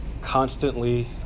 constantly